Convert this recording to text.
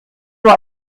nur